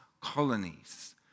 colonies